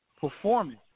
performance